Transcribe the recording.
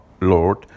Lord